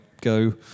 go